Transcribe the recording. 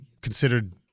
considered